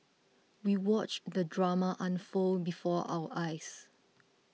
we watched the drama unfold before our eyes